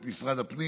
את משרד הפנים